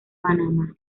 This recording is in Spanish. panamá